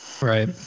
Right